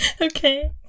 Okay